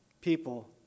people